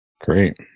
great